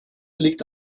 liegt